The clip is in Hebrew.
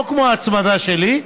לא כמו ההצמדה שלי,